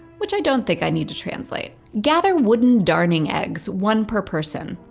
which i don't think i need to translate. gather wooden darning eggs, one per person.